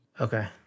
Okay